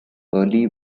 early